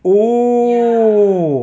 ya